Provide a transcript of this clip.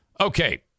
Okay